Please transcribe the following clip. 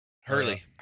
Hurley